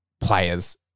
players